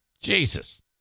Jesus